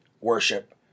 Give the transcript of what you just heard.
worship